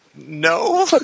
no